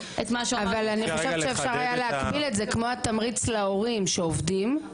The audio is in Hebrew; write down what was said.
אבל אני חושבת שאפשר היה להקביל את זה כמו התמריץ להורים שעובדים,